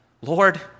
Lord